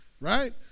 right